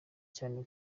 cyane